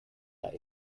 that